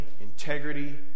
integrity